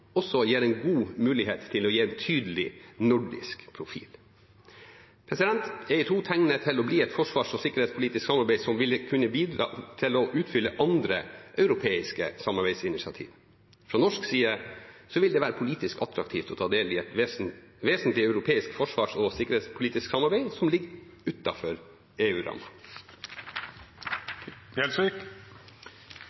også gir en god mulighet til å gi en tydelig nordisk profil. EI2 tegner til å bli et forsvars- og sikkerhetspolitisk samarbeid som vil kunne bidra til å utfylle andre europeiske samarbeidsinitiativ. Fra norsk side vil det være politisk attraktivt å ta del i et vesentlig europeisk forsvars- og sikkerhetspolitisk samarbeid som ligger